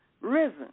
risen